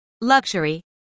Luxury